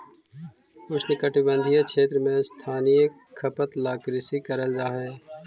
उष्णकटिबंधीय क्षेत्र में स्थानीय खपत ला कृषि करल जा हई